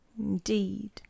Indeed